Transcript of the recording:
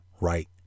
right